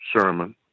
sermon